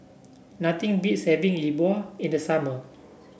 nothing beats having Yi Bua in the summer